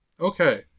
okay